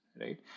right